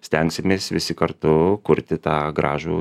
stengsimės visi kartu kurti tą gražų